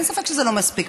אין ספק שזה לא מספיק.